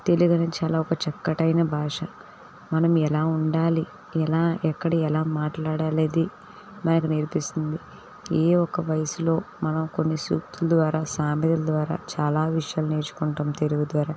తెలుగు అనేది చాలా ఒక చక్కనైన భాష మనం ఎలా ఉండాలి ఎలా ఎక్కడ ఎలా మాట్లాడాలి మనకు నేర్పిస్తుంది ఈ ఒక వయసులో మనం కొన్ని సూక్తులు ద్వారా సామెతల ద్వారా చాలా విషయాలు నేర్చుకుంటాం తెలుగు ద్వారా